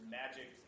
magic